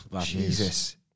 Jesus